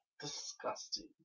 Disgusting